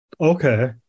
Okay